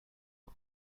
کار